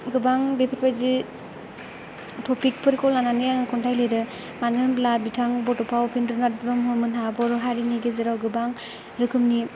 गोबां बेफोरबायदि टफिखफोरखौ लानानै आङो खन्थाइ लिरो मानो होनब्ला बिथां बड'फा उफेन्द्र नाथ ब्रह्म मोनहा बर' हारिनि गेजेराव गोबां रोखोमनि